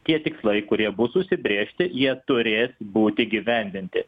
tie tikslai kurie bus užsibrėžti jie turės būt įgyvendinti